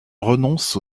renoncent